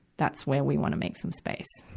that's where we wanna make some space.